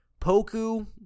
Poku